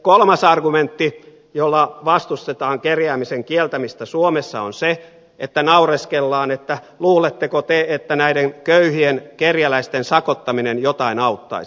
kolmas argumentti jolla vastustetaan kerjäämisen kieltämistä suomessa on se että naureskellaan että luuletteko te että näiden köyhien kerjäläisten sakottaminen jotain auttaisi